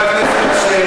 תקשיב.